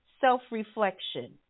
self-reflection